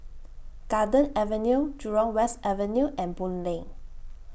Garden Avenue Jurong West Avenue and Boon Lay